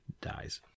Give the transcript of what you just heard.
dies